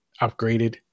upgraded